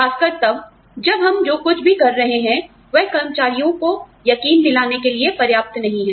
खासकर तब जब हम जो कुछ भी कर रहे हैं वह हमारे कर्मचारियों को यकीन दिलाने के लिए पर्याप्त नहीं हैं